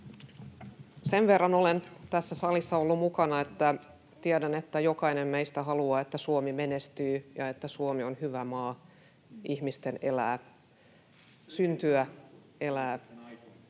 Sen verran olen tässä salissa ollut mukana, että tiedän, että jokainen meistä haluaa, että Suomi menestyy ja että Suomi on hyvä maa ihmisten syntyä, elää,